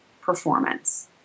performance